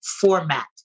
format